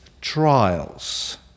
trials